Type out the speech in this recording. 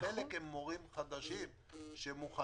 וחלק הם מורים חדשים שמוכנים,